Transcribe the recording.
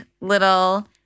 little